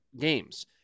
games